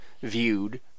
viewed